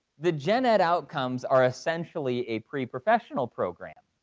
the gened outcomes are essentially a pre-professional program,